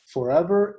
Forever